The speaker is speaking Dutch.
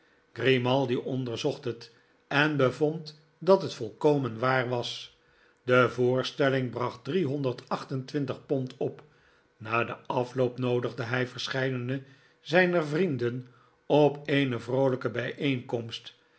grimaldi onderzocht het en bevond dat het volkomen waar was de voorstelling bracht driehonderd acht en twintig pond op na den afloop noodigde hij verscheidene zijner vrienden op eene